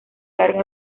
larga